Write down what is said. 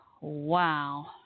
Wow